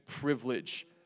privilege